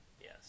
yes